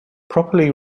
properly